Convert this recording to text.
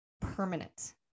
permanent